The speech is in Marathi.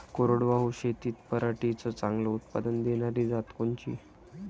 कोरडवाहू शेतीत पराटीचं चांगलं उत्पादन देनारी जात कोनची?